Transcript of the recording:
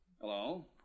Hello